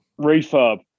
refurb